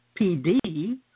PD